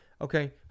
okay